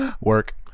work